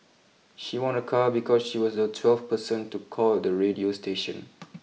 she won a car because she was the twelfth person to call the radio station